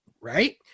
Right